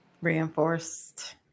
reinforced